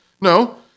No